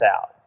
out